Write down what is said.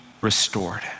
restored